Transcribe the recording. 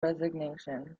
resignation